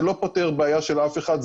זה לא פותר בעיה של אף אחד,